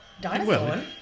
Dinosaur